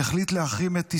החליט להחרים את ישראל,